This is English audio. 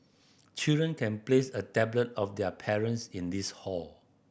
children can place a tablet of their parents in this hall